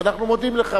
ואנחנו מודים לך,